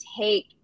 take